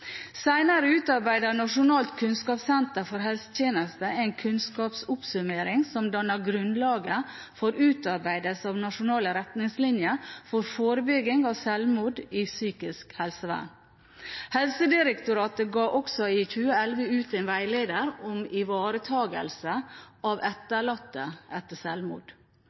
Nasjonalt kunnskapssenter for helsetjenesten en kunnskapsoppsummering som dannet grunnlaget for utarbeidelse av nasjonale retningslinjer for forebygging av sjølmord i psykisk helsevern. Helsedirektoratet ga også i 2011 ut en veileder om ivaretakelse av etterlatte etter